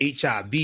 HIV